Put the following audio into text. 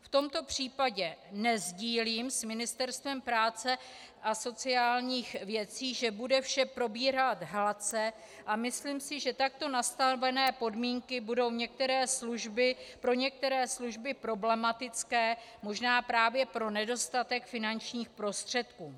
V tomto případě nesdílím s Ministerstvem práce a sociálních věcí, že bude vše probíhat hladce, a myslím si, že takto nastavené podmínky budou pro některé služby problematické, možná právě pro nedostatek finančních prostředků.